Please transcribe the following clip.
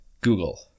Google